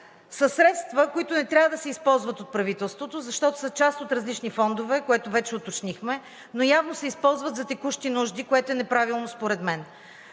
са средства, които не трябва да се използват от правителството, защото са част от различни фондове, което вече уточнихме, но явно се използват за текущи нужди, което е неправилно според мен.